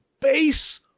base